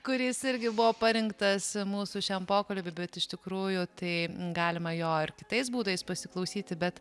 kuris irgi buvo parinktas mūsų šiam pokalbiui bet iš tikrųjų tai galima jo ir kitais būdais pasiklausyti bet